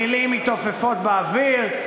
מילים מתעופפות באוויר,